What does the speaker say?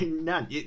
none